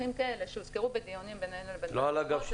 מונחים כאלה שהוזכרו בדיונים בינינו לבין בעלי האולמות,